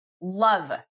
love